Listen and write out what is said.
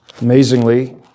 Amazingly